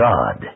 God